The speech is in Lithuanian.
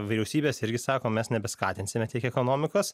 vyriausybės irgi sako mes nebeskatinsime tiek ekonomikos